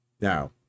Now